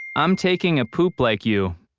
i'm taking a poop like you.